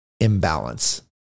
imbalance